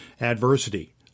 Adversity